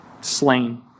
slain